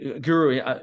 guru